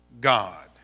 God